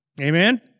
Amen